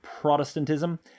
Protestantism